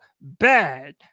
bad